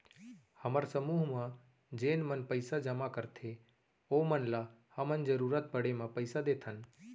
हमर समूह म जेन मन पइसा जमा करथे ओमन ल हमन जरूरत पड़े म पइसा देथन